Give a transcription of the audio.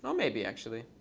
um maybe actually.